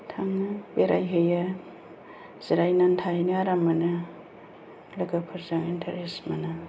थाङो बेरायहैयो जिरायनानै थाहैनो आराम मोनो लोगोफोरजों इन्टारेस मोनो